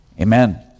Amen